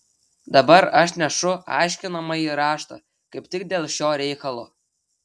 dabar aš nešu aiškinamąjį raštą kaip tik dėl šio reikalo